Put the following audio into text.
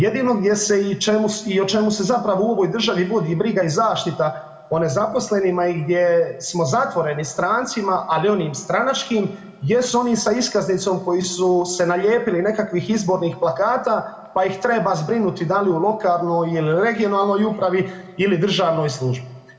Jedino gdje se i o čemu se zapravo u ovoj državi vodi briga i zaštita o nezaposlenima i gdje smo zatvoreni strancima ali onim stranačkim, jesu oni sa iskaznicom koji su se nalijepili nekakvih izbornih plakata pa ih treba zbrinuti da li u lokalnoj ili regionalnoj upravi ili državnoj službi.